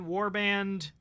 Warband